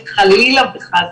חלילה וחס,